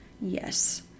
yes